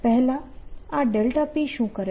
પહેલા આ p શું કરે છે